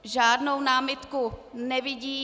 Žádnou námitku nevidím.